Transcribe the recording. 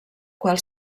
qual